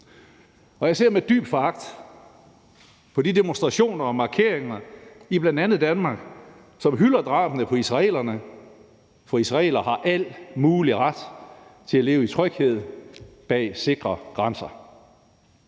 Jeg ser med dyb foragt på de demonstrationer og markeringer i bl.a. Danmark, som hylder drabene på israelerne, for israelere har al mulig ret til at leve i tryghed bag sikre grænser.